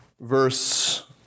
Verse